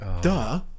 duh